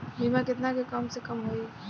बीमा केतना के कम से कम होई?